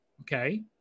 okay